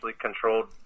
controlled